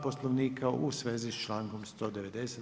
Poslovnika u svezi s člankom 190.